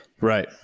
Right